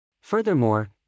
Furthermore